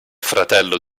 fratello